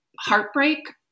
heartbreak